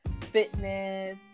fitness